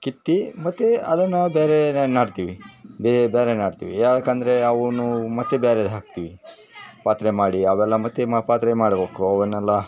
ಕಿತ್ತು ಮತು ಅದನ್ನು ಬೇರೆ ನೆಡ್ತಿವಿ ಬೇರೆ ನೆಡ್ತಿವಿ ಯಾಕಂದರೆ ಅವು ಮತ್ತು ಬೇರೆ ಹಾಕ್ತಿವಿ ಪಾತ್ರೆ ಮಾಡಿ ಅವೆಲ್ಲ ಮತ್ತು ಮ ಪಾತ್ರೆ ಮಾಡ್ಬೇಕು ಅವನ್ನೆಲ್ಲ